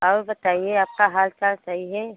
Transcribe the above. और बताइए आपका हाल चाल सही है